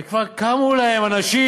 וכבר קמו להם אנשים